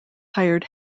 hired